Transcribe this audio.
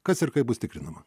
kas ir kaip bus tikrinama